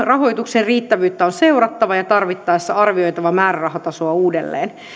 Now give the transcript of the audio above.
rahoituksen riittävyyttä on seurattava ja tarvittaessa arvioitava määrärahatasoa uudelleen